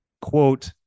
quote